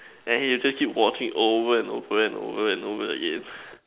then he also keep watching over and over and over and over again